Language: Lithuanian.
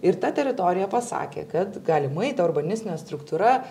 ir ta teritorija pasakė kad galimai ta urbanistinė struktūra